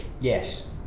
Yes